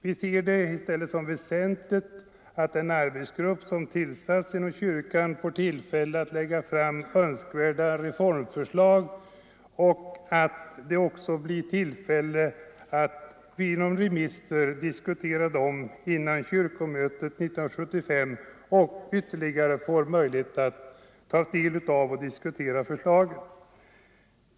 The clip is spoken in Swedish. I stället ser vi det som väsentligt att den arbetsgrupp som tillsatts inom kyrkan fått tillfälle att lägga fram önskvärda reformförslag samt att den också genom remisser blir i tillfälle att diskutera förslagen innan kyrkomötet 1975 behandlar dem.